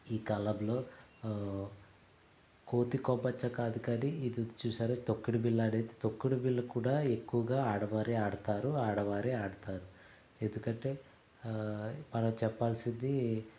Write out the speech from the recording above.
ఈ కాలంలో కోతికొమ్మచ్చి కాదు కానీ ఇదుంది చూసారా తొక్కుడు బిల్ల అనేది తొక్కుడు బిల్ల కూడా ఎక్కువగా ఆడవారే ఆడుతారు ఆడవారే ఆడుతారు ఎందుకంటే మనం చెప్పాల్సిందే